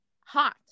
hot